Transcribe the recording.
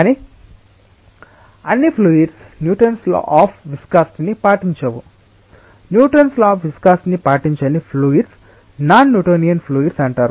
కానీ అన్ని fluids Newton's law of viscosity ని పాటించవు న్యూటన్స్ లా అఫ్ విస్కాసిటి ని పాటించని ఫ్లూయిడ్స్ నాన్ న్యూటోనియన్ ఫ్లూయిడ్స్ అంటారు